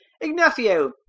Ignacio